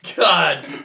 God